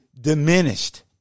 diminished